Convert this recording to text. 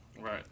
Right